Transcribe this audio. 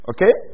Okay